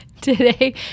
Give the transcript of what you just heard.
Today